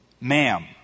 Ma'am